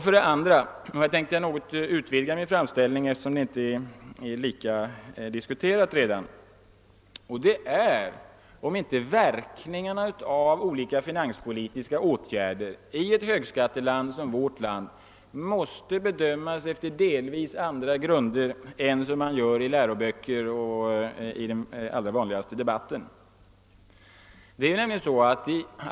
För det andra undrar jag — här tänker jag något utvidga min framställning, eftersom den frågan inte är lika mycket diskuterad — om inte verkningarna av olika finanspolitiska åtgärder i ett högskatteland som Sverige måste bedömas efter delvis andra grunder än man tilllämpar i läroböcker och i den allra vanligaste debatten.